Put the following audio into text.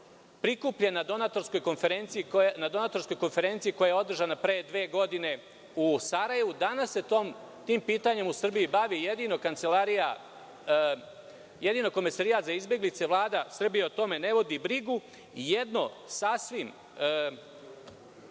prikupljena na donatorskoj konferenciji koja je održana pre dve godine u Sarajevu? Danas se tim pitanjem u Srbiji bavi jedino Komesarijat za izbeglice, a Vlada Srbije o tome ne vodi brigu. Drugo pitanje